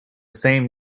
same